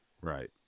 right